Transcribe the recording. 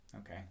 Okay